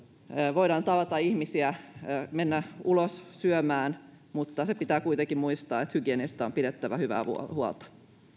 voidaan tavata ihmisiä mennä ulos syömään mutta se pitää kuitenkin muistaa että hygieniasta on pidettävä hyvää huolta huolta